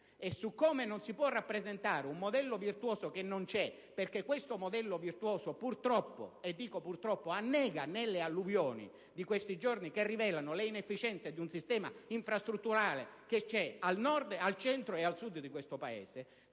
la crisi e di rappresentare un modello virtuoso che non c'è, perché questo modello virtuoso, purtroppo, annega nelle alluvioni di questi giorni, che rivelano le inefficienze di un sistema infrastrutturale, esistenti al Nord, al Centro e al Sud di questo Paese.